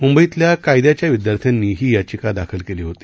मुंबईतल्या कायदयाच्या विदयार्थ्यांनी ही याचिका दाखल केली होती